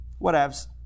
whatevs